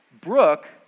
Brooke